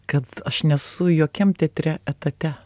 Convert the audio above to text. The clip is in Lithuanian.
kad aš nesu jokiam teatre etate